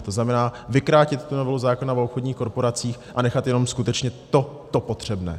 To znamená, vykrátit tu novelu zákona o obchodních korporacích a nechat jenom skutečně to potřebné.